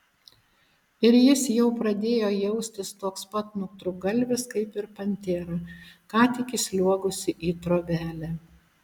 ir jis jau pradėjo jaustis toks pat nutrūktgalvis kaip ir pantera ką tik įsliuogusi į trobelę